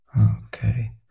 Okay